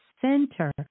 center